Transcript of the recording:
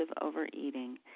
overeating